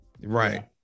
Right